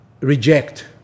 reject